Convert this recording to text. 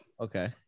okay